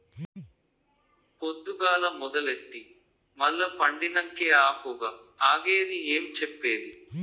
పొద్దుగాల మొదలెట్టి మల్ల పండినంకే ఆ పొగ ఆగేది ఏం చెప్పేది